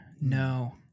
No